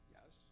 Yes